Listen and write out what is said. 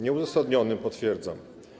Nieuzasadnionym, potwierdzam.